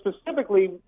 specifically